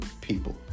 people